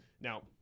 Now